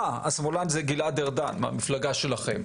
אה, השמאלן זה גלעד ארדן מהמפלגה שלכם.